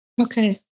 Okay